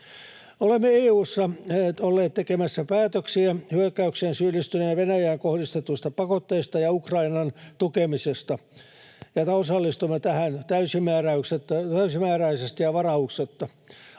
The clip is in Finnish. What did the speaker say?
Olemme EU:ssa olleet tekemässä päätöksiä hyökkäykseen syyllistyneeseen Venäjään kohdistetuista pakotteista ja Ukrainan tukemisesta, ja osallistumme tähän täysimääräisesti ja varauksetta.